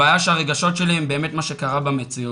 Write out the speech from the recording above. הבעיה שהרגשות שי הם באמת מה שקרה במציאות.